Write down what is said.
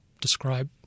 describe